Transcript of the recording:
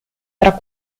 tra